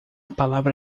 palavra